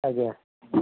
ଆଜ୍ଞା